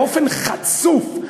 באופן חצוף,